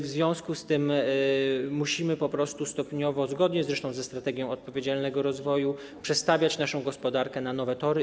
W związku z tym musimy po prostu stopniowo, zgodnie zresztą ze „Strategią na rzecz odpowiedzialnego rozwoju”, przestawiać naszą gospodarkę na nowe tory.